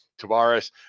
Tavares